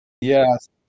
Yes